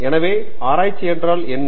எனவே ஆராய்ச்சி என்றால் என்ன